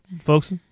folks